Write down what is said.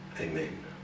Amen